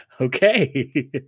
Okay